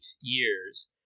years